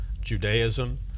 Judaism